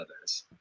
others